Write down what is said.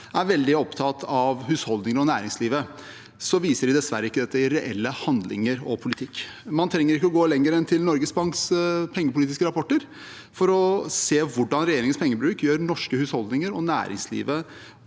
er veldig opptatt av husholdninger og næringsliv, viser de det dessverre ikke i reelle handlinger og politikk. Man trenger ikke gå lenger enn til Norges Banks pengepolitiske rapporter for å se hvordan regjeringens pengebruk gjør norske husholdninger og næringslivet